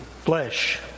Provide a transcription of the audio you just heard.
flesh